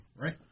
Right